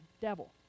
devil